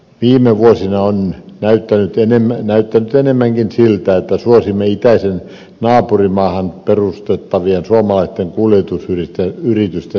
viime vuosina on näyttänyt enemmänkin siltä että suosimme itäiseen naapurimaahan perustettavien suomalaisten kuljetusyritysten toimintaa